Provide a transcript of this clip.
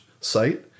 site